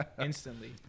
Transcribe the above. instantly